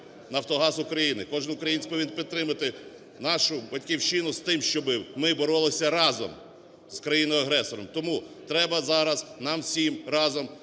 "Нафтогаз України". Кожен українець повинен підтримати нашу Батьківщину з тим, щоб ми боролися разом з країною-агресором. Тому треба зараз нам всім разом